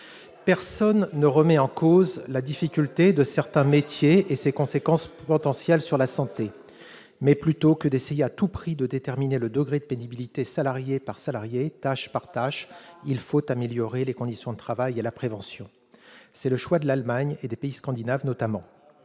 Personne ne remet en cause la difficulté de certains métiers et ses conséquences potentielles sur la santé. Mais plutôt que d'essayer à tout prix de déterminer le degré de pénibilité salarié par salarié, tâche par tâche, il faut améliorer les conditions de travail et la prévention. C'est le choix de l'Allemagne et des pays scandinaves, notamment.